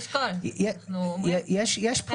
יש מדרג